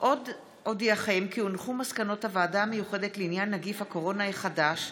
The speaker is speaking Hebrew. הנגב והגליל לוועדת הכלכלה),